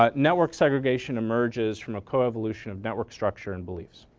ah network segregation emerges from a coevolution of network structure and beliefs.